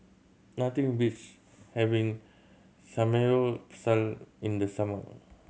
nothing beats having Samgeyopsal in the summer